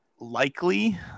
likely